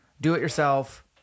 do-it-yourself